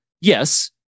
yes